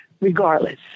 regardless